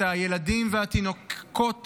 את הילדים והתינוקות